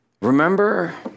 Remember